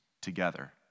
together